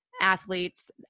athletes